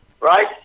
right